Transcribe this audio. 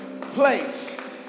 place